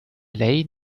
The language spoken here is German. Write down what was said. lay